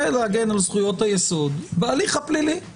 להגן על זכויות היסוד בהליך הפלילי,